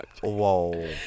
Whoa